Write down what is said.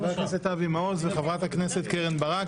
חבר הכנסת אבי מעוז וחברת הכנסת קרן ברק.